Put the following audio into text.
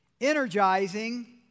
energizing